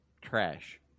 trash